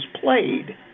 played